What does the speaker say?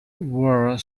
were